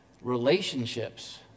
relationships